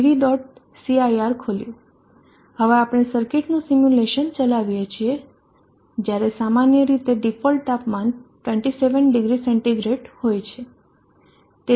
cir ખોલ્યું હવે આપણે સર્કિટનું સિમ્યુલેશન ચલાવીએ છીએ જયારે સામાન્ય રીતે ડિફોલ્ટ તાપમાન 27 0 સેન્ટીગ્રેડ હોય છે